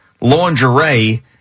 lingerie